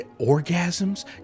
orgasms